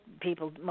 people